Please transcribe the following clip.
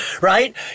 right